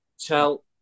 tell